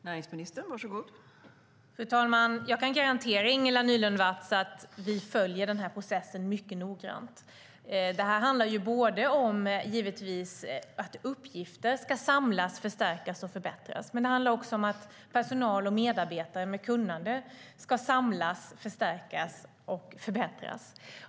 Fru talman! Jag kan garantera Ingela Nylund Watz att vi följer processen mycket noggrant. Det handlar om att uppgifter ska samlas, förstärkas och förbättras, men det handlar också om att personal och medarbetare med kunnande ska samlas, förstärkas och förbättras.